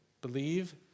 Believe